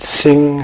sing